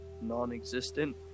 non-existent